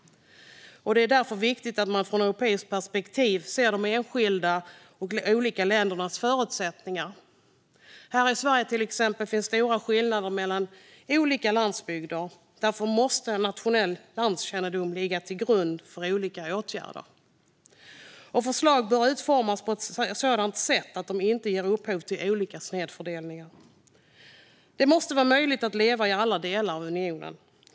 Det är därför viktigt att man från europeiskt perspektiv ser de enskilda och olika ländernas förutsättningar. Här i Sverige till exempel finns stora skillnader mellan olika landsbygder. Därför måste en nationell landkännedom ligga till grund för olika åtgärder, och förslag bör utformas på ett sådant sätt att de inte ger upphov till snedfördelning. Det måste vara möjligt att leva i alla delar av unionen.